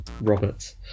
Robert